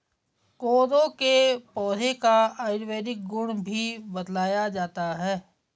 कोदो के पौधे का आयुर्वेदिक गुण भी बतलाया जाता है